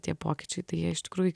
tie pokyčiai tai jie iš tikrųjų